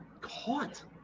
caught